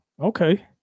Okay